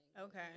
okay